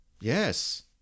yes